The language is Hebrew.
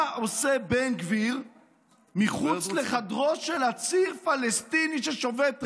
מה עושה בן גביר מחוץ לחדרו של עציר פלסטיני ששובת רעב?